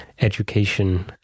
education